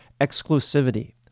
exclusivity